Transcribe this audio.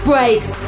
Breaks